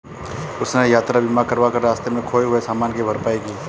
उसने यात्रा बीमा करवा कर रास्ते में खोए हुए सामान की भरपाई की